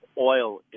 oil